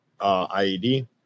IED